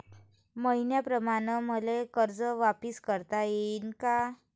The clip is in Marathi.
मईन्याप्रमाणं मले कर्ज वापिस करता येईन का?